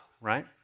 right